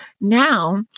Now